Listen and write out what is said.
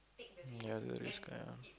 ya the risk ya